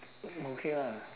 okay lah